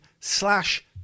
slash